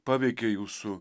paveikė jūsų